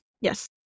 Yes